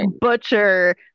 butcher